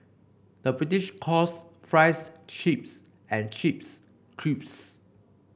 the British calls fries chips and chips crisps